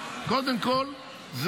קודם כול,